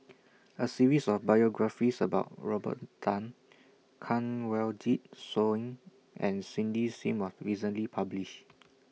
A series of biographies about Robert Tan Kanwaljit Soin and Cindy SIM was recently published